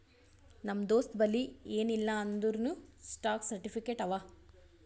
ನಮ್ ದೋಸ್ತಬಲ್ಲಿ ಎನ್ ಇಲ್ಲ ಅಂದೂರ್ನೂ ಸ್ಟಾಕ್ ಸರ್ಟಿಫಿಕೇಟ್ ಅವಾ